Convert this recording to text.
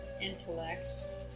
intellects